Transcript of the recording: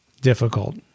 difficult